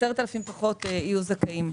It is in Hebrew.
10,000 עסקים פחות יהיו זכאים,